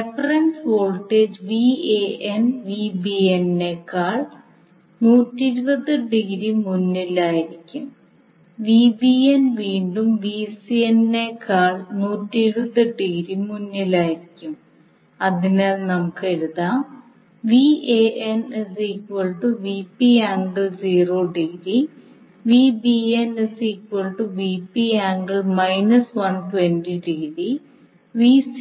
reference voltage Van Vbn നെ നേക്കാൾ 120 degree മുന്നിലായിരിക്കും Vbn വീണ്ടും Vcn നെ നേക്കാൾ 120 ഡിഗ്രി മുന്നിലായിരിക്കും അതിനാൽ നമുക്ക് എഴുതാം abc